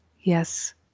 Yes